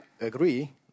agree